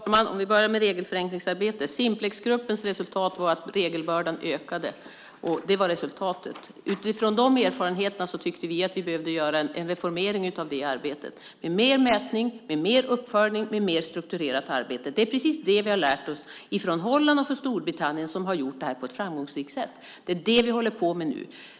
Fru talman! Om vi börjar med regelförenklingsarbetet så blev resultatet av Simplexgruppens arbete att regelbördan ökade. Utifrån de erfarenheterna tyckte vi att vi behövde göra en reformering av arbetet med mer mätning, mer uppföljning och mer struktur. Det är precis det vi har lärt oss från Holland och Storbritannien, där man gjort detta på ett framgångsrikt sätt. Det är det vi håller på med nu.